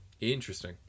Interesting